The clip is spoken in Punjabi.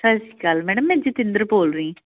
ਸਤਿ ਸ਼੍ਰੀ ਅਕਾਲ ਮੈਡਮ ਜਤਿੰਦਰ ਬੋਲ ਰਹੀ